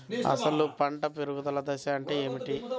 అసలు పంట పెరుగుదల దశ అంటే ఏమిటి?